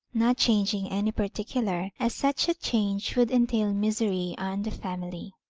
not changing any particular, as such a change would entail misery on the family.